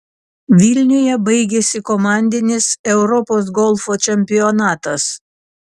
vilniuje baigėsi komandinis europos golfo čempionatas